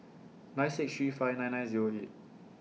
nine six three five nine nine Zero eight